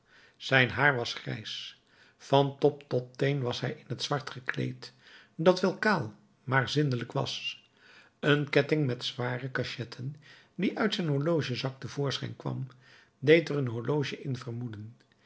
zijn haar was grijs van top tot teen was hij in t zwart gekleed dat wel kaal maar zindelijk was een ketting met zware cachetten die uit zijn horlogezak te voorschijn kwam deed er een horloge in vermoeden